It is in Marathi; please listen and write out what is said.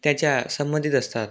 त्याच्या संबंधित असतात